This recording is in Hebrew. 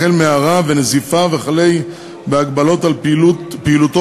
החל בהערה ונזיפה וכלה בהגבלות על פעילותו